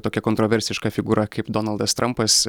tokia kontroversiška figūra kaip donaldas trampas